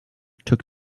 took